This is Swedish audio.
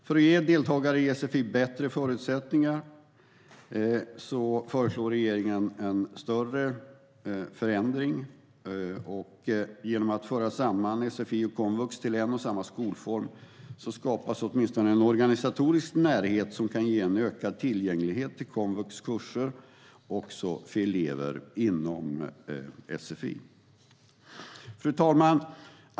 För att ge deltagare i sfi bättre förutsättningar föreslår regeringen en större förändring. Genom att föra samman sfi och komvux till en och samma skolform skapas åtminstone en organisatorisk närhet som kan ge en ökad tillgänglighet till komvux kurser också för elever inom sfi. Fru talman!